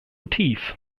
tief